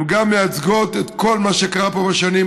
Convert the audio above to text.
הן גם מייצגות את כל מה שקרה פה שנים,